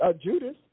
Judas